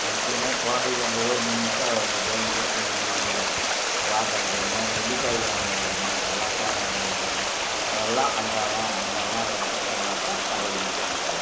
அதுக்குனு குழந்தைங்க அங்கே போய் நின்றுட்டா அந்த சோன்பப்டி வாங்குவது என்ன நெல்லிக்காய் வாங்கிறது என்ன கலாக்காய் வாங்கிறது என்ன அதல்லாம் அந்த அந்த மாதிரி இடத்துக்கு போனால்தான் அதையும் நம்ம